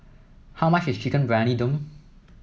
how much is Chicken Briyani Dum